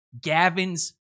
Gavin's